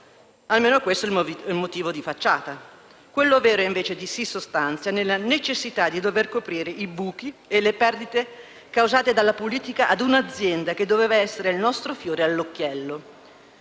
Almeno questo è il motivo di facciata. Quello vero, invece, si sostanzia nella necessità di dovere coprire i buchi e le perdite causati dalla politica a un'azienda che doveva essere il nostro fiore all'occhiello.